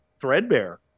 threadbare